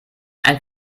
ein